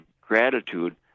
gratitude